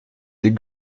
des